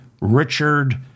Richard